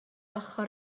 ochr